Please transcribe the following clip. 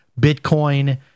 Bitcoin